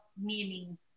meaning